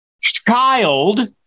child